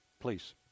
Please